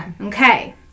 Okay